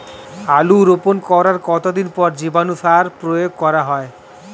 আলু রোপণ করার কতদিন পর জীবাণু সার প্রয়োগ করা হয়?